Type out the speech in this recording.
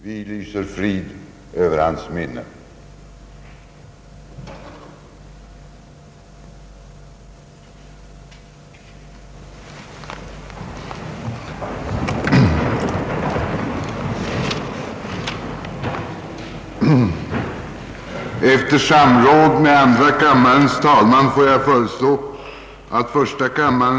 Vi lysa frid över hans minne.